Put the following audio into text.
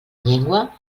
llengua